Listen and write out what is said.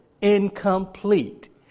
Incomplete